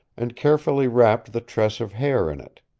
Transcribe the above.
and carefully wrapped the tress of hair in it.